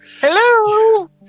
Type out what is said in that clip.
Hello